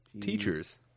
Teachers